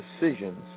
decisions